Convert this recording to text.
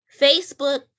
Facebook